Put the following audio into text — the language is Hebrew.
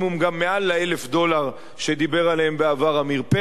מעל ה-1,000 דולר שדיבר עליהם בעבר עמיר פרץ,